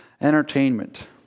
entertainment